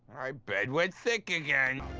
i bed wet sick again.